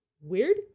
weird